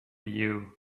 you